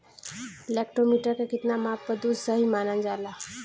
Lactometer के कितना माप पर दुध सही मानन जाला?